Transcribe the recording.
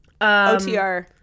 OTR